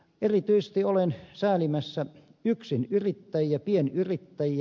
erityisesti olen säälimässä yksinyrittäjiä pienyrittäjiä